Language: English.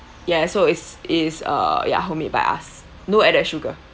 ya so it's is err ya homemade by us no added sugar